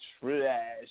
trash